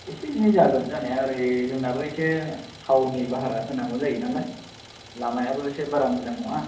एसे एनै जागोन जानाया ओरै जोंनाबो एसे थाउननि भारा होनांगौ जायो नालाय लामायाबो एसे बारा मोजां नङा